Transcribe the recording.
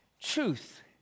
Truth